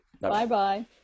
Bye-bye